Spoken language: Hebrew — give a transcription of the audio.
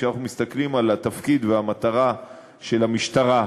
כשאנחנו מסתכלים על התפקיד ועל המטרה של המשטרה,